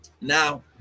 Now